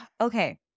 Okay